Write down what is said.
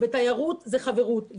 תיירות היא חברות,